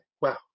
wow